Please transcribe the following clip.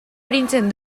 arintzen